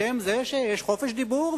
בשם זה שיש חופש דיבור,